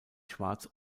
schwarz